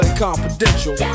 confidential